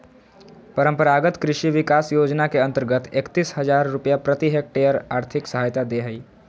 परम्परागत कृषि विकास योजना के अंतर्गत एकतीस हजार रुपया प्रति हक्टेयर और्थिक सहायता दे हइ